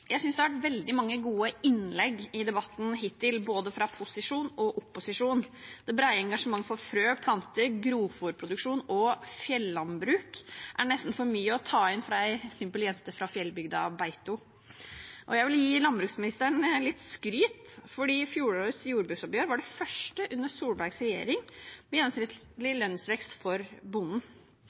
det har vært veldig mange gode innlegg i debatten hittil, både fra posisjon og fra opposisjon. Det brede engasjementet for frø, planter, grovfôrproduksjon og fjellandbruk er nesten for mye å ta inn for ei simpel jente fra fjellbygda Beito. Jeg vil gi landbruksministeren litt skryt, for fjorårets jordbruksoppgjør var det første under Solbergs regjering med gjennomsnittlig lønnsvekst for bonden.